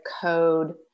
code